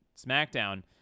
smackdown